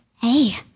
Hey